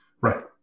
Right